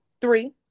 Three